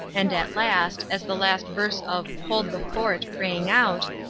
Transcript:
and at last, as the last verse of hold the fort rang out,